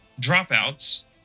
dropouts